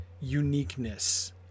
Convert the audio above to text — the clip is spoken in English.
uniqueness